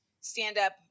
stand-up